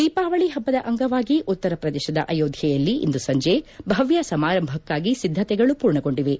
ದೀಪಾವಳಿ ಪಬ್ಬದ ಅಂಗವಾಗಿ ಉತ್ತರ ಪ್ರದೇಶದ ಅಯೋಧ್ಯೆಯಲ್ಲಿ ಇಂದು ಸಂಜೆ ಭವ್ಯ ಸಮಾರಂಭಕ್ಕಾಗಿ ಸಿದ್ದಶೆಗಳು ಮೂರ್ಣಗೊಂಡಿವೆ